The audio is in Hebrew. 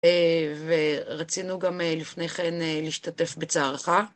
ורצינו גם לפני כן להשתתף בצערך.